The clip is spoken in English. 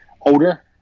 older